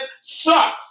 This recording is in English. sucks